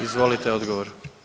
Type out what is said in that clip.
Izvolite odgovor.